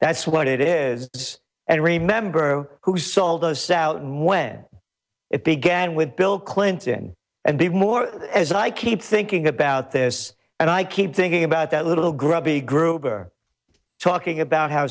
that's what it is and remember who sold us out when it began with bill clinton and even more as i keep thinking about this and i keep thinking about that little grubby group talking about how